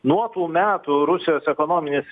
nuo tų metų rusijos ekonominis